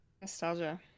Nostalgia